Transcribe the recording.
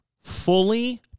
fully